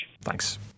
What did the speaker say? Thanks